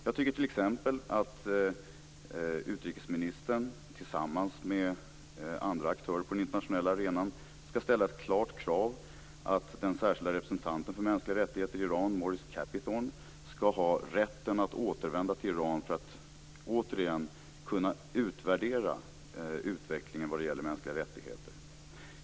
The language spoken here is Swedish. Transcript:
Jag tycker t.ex. att utrikesministern tillsammans med andra aktörer på den internationella arenan skall ställa ett klart krav att den särskilda representanten för mänskliga rättigheter i Iran, Maurice Capithorne, skall ha rätt att återvända till Iran för att återigen kunna utvärdera utvecklingen när det gäller mänskliga rättigheter.